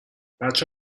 بچه